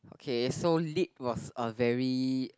okay so Lit was a very